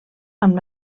amb